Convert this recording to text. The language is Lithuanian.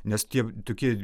nes tie tokie